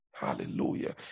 Hallelujah